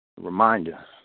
Reminder